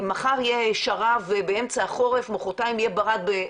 מחר יהיה שרב באמצע החורף, מחרתיים יהיה ברד.